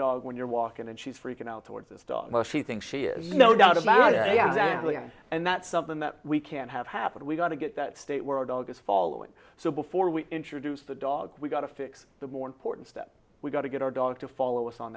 dog when you're walking and she's freaking out towards this dog most she thinks she is no doubt about it and that's something that we can't have happen we got to get that state where our dog is following so before we introduce the dog we've got to fix the more important step we've got to get our dog to follow us on